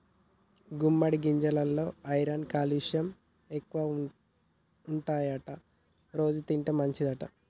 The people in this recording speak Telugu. గుమ్మడి గింజెలల్లో ఐరన్ క్యాల్షియం ఎక్కువుంటాయట రోజు తింటే మంచిదంట